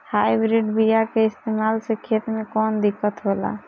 Hybrid बीया के इस्तेमाल से खेत में कौन दिकत होलाऽ?